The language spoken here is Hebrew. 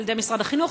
על-ידי משרד החינוך,